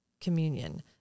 communion